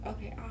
Okay